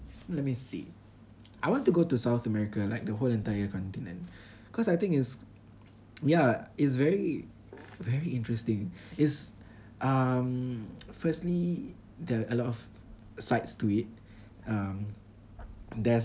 let me see I want to go to South America like the whole entire continent cause I think it's ya it's very very interesting it's um firstly there are a lot of sides to it um there's